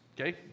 okay